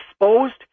exposed